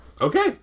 Okay